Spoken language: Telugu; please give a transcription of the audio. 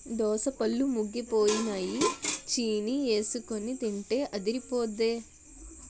దోసపళ్ళు ముగ్గిపోయినై చీనీఎసికొని తింటే అదిరిపొద్దే